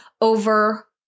over